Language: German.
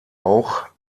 auch